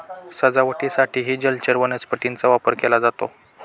सजावटीसाठीही जलचर वनस्पतींचा वापर केला जातो